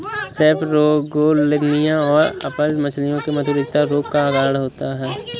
सेपरोगेलनिया और अचल्य मछलियों में मधुरिका रोग का कारण होता है